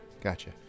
Gotcha